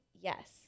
yes